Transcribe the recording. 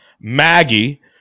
Maggie